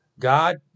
God